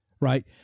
right